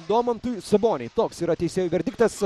domantui saboniui toks yra teisėjų verdiktas